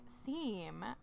theme